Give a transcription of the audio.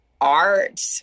art